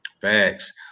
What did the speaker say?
Facts